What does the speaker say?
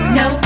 no